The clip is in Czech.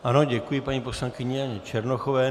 Ano, děkuji paní poslankyni Janě Černochové.